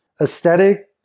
aesthetic